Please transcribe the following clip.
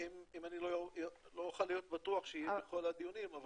אני לא אוכל להיות בטוח שאהיה בכל הדיונים,